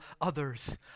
others